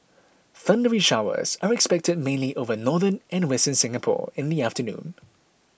thundery showers are expected mainly over northern and western Singapore in the afternoon